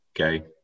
Okay